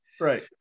Right